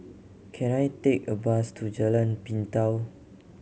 can I take a bus to Jalan Pintau